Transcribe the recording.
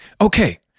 Okay